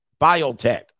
Biotech